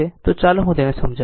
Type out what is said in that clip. તો ચાલો હું તેને સમજાવું